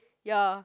ya